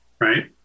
right